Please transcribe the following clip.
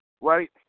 right